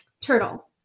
Turtle